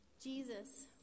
Jesus